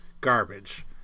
garbage